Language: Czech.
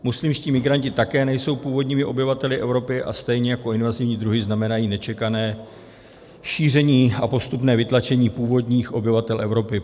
Muslimští migranti také nejsou původními obyvateli Evropy a stejně jako invazivní druhy znamenají nečekané šíření a postupné vytlačení původních obyvatel Evropy.